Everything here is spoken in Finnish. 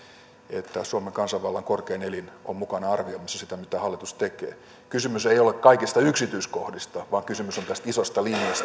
että suomen kansanvallan korkein elin on mukana arvioimassa sitä mitä hallitus tekee kysymys ei ole kaikista yksityiskohdista vaan kysymys on tästä isosta linjasta ja on